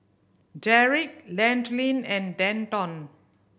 Derick Landin and Denton